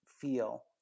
feel